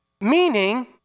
meaning